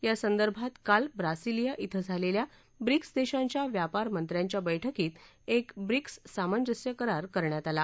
या संदर्भात काल ब्रासिलिया धिं झालेल्या ब्रिक्स देशांच्या व्यापार मंत्र्यांच्या बैठकीत एक ब्रिक्स सामंजस्य करार करण्यात आला